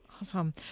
Awesome